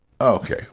Okay